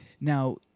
Now